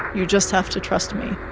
you just have to trust me.